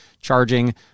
charging